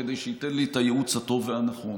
כדי שייתן לי את הייעוץ הטוב והנכון.